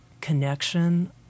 connection